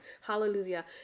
hallelujah